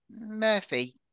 murphy